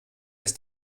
ist